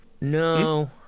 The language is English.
No